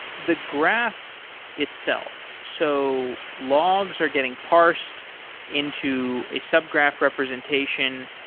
the graph itself, so logs are getting parsed into a sub-graph representation.